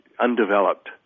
undeveloped